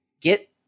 get